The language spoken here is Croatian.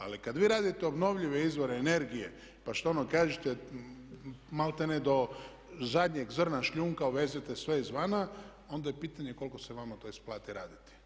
Ali kad vi radite obnovljive izvore energije, pa što ono kažete maltene do zadnjeg zrna šljunka uvezete sve izvana, onda je pitanje koliko se vama to isplati raditi.